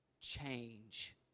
change